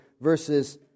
verses